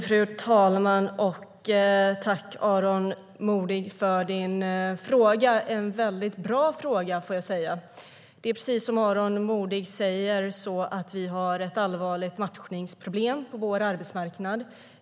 Fru talman! Jag tackar Aron Modig för frågan, en väldigt bra fråga. Precis som Aron Modig säger har vi ett allvarligt matchningsproblem på vår arbetsmarknad.